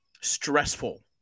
stressful